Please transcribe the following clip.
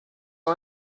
nur